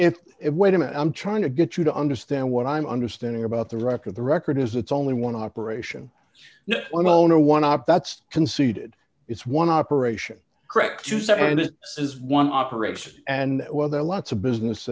it wait a minute i'm trying to get you to understand what i'm understanding about the record the record is it's only one operation well no one not that's conceded it's one operation correct juicer and it is one operation and well there are lots of business